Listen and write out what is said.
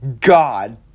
god